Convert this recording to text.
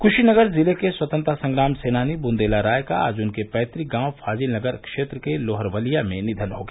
कुशीनगर जिले के स्वतन्त्रता संग्राम सेनानी बुन्देला राय का आज उनके पैतुक गांव फाजिलनगर क्षेत्र के लोहरवलिया में निधन हो गया